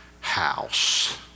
house